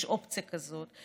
יש אופציה כזאת,